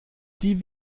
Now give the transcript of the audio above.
die